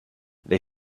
they